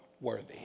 worthy